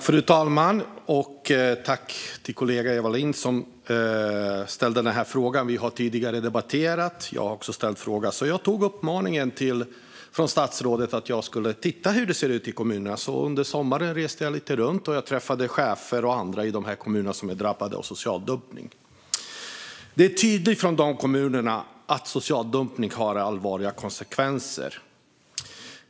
Fru talman! Jag tackar min kollega Eva Lindh, som har framställt denna interpellation. Vi har tidigare debatterat denna fråga, och jag har också ställt frågor. Jag tog därför fasta på uppmaningen från statsrådet att jag skulle titta hur det ser ut i kommunerna. Under sommaren har jag därför rest runt lite grann och träffat chefer och andra i de kommuner som är drabbade av social dumpning. Det är tydligt från dessa kommuner att social dumpning får allvarliga konsekvenser.